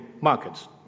markets